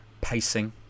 pacing